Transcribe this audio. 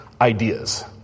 ideas